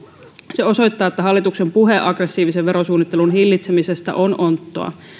se osoittaa että hallituksen puhe aggressiivisen verosuunnittelun hillitsemisestä on onttoa